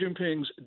Jinping's